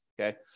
Okay